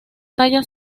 talla